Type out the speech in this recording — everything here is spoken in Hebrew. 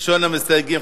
ראשונת המסתייגים,